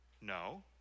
No